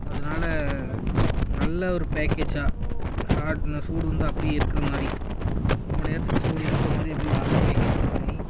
அதனால நல்ல ஒரு பேக்கேஜாக ஹாட்னஸ் சூடு வந்து அப்படியே இருக்கிற மாதிரி ரொம்ப நேரத்துக்கு சூடு இருக்கிற மாதிரி அப்படியே ஒரு நல்ல பேக்கேஜ் பண்ணி